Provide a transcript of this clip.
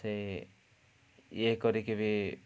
ସେ ଇଏ କରିକି ବି